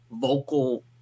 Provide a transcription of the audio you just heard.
vocal